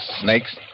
Snakes